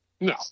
No